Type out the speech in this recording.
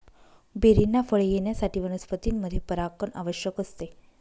बेरींना फळे येण्यासाठी वनस्पतींमध्ये परागण आवश्यक असते